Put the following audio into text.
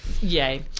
Yay